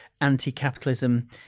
anti-capitalism